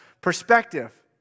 perspective